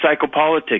psychopolitics